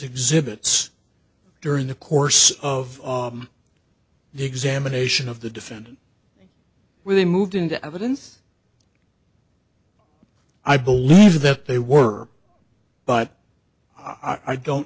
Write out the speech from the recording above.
exhibits during the course of the examination of the defendant when they moved into evidence i believe that they were but i don't